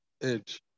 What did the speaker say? edge